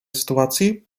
sytuacji